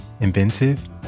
inventive